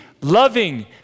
loving